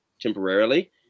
temporarily